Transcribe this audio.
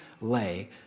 lay